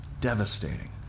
devastating